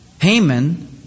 Haman